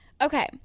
okay